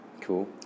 Cool